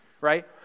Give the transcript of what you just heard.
right